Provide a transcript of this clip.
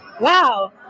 Wow